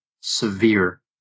severe